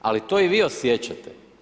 Ali to i vi osjećate.